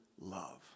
love